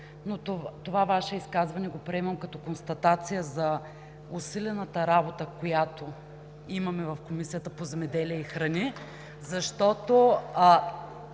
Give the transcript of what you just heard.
но това Ваше изказване го приемам като констатация за усилената работа, която имаме в Комисията по земеделието и храните